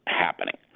happening